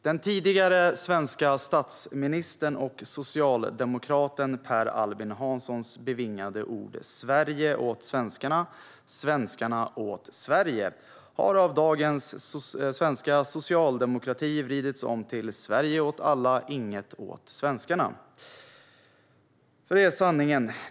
Den tidigare svenska statsministern och socialdemokraten Per Albin Hanssons bevingade ord Sverige åt svenskarna och svenskarna åt Sverige har av dagens svenska socialdemokrati vridits om till Sverige åt alla, inget åt svenskarna, för det är sanningen.